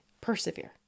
Persevere